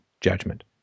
judgment